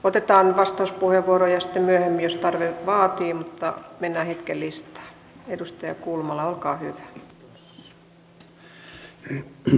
otetaan vastauspuheenvuoroja sitten myöhemmin jos tarve vaatii mutta mennään hetkeksi listaan